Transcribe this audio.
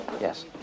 Yes